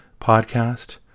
podcast